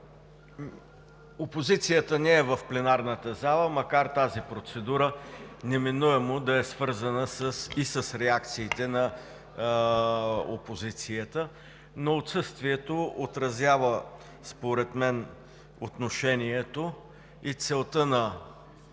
гости! Опозицията не е в пленарната зала, макар тази процедура неминуемо да е свързана и с реакциите на опозицията, но отсъствието отразява според мен отношението и целта на